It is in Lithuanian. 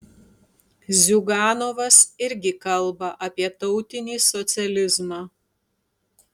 ziuganovas irgi kalba apie tautinį socializmą